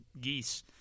geese